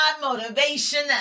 motivation